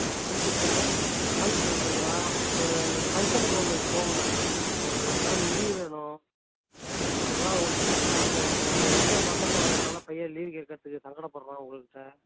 ஆ லிங்கிட்சன்னு eleventh standard படிக்கிறான் ஒரு ஃபங்க்ஷனுக்கு ஒன்று போகணும் மேடம் ஒரு ரெண்டு நாள் லீவு வேணும் அதுதான் உங்கள்கிட்ட கேட்கலான்ட்டு பண்ணேன் எக்ஸாம் பக்கத்தில் வரதுனால் பையன் லீவ் கேட்கறதுக்கு சங்கடப்படுறான் உங்கள்கிட்ட